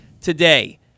today